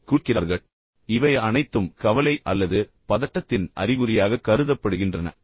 எனவே இவை அனைத்தும் கவலை அல்லது பதட்டத்தின் அறிகுறியாக கருதப்படுகின்றன